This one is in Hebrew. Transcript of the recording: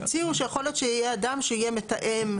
הם הציעו שיכול להיות שיהיה אדם שיהיה מתאם,